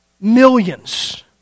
millions